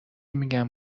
میگن